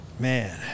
Man